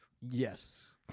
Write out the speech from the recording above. Yes